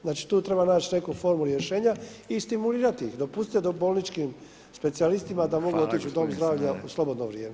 Znači tu treba naći neku formulu rješenja i stimulirati ih, dopustiti da bolnički specijalistima da mogu otići u dom zdravlja u slobodno vrijeme.